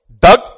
Dug